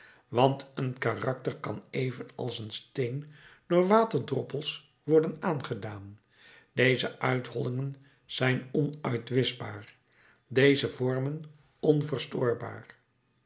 want een karakter kan evenals een steen door waterdroppels worden aangedaan deze uithollingen zijn onuitwischbaar deze vormen onverstoorbaar